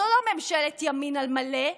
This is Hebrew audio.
זו לא ממשלת ימין על מלא,